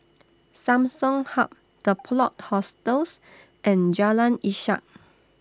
Samsung Hub The Plot Hostels and Jalan Ishak